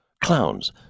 clowns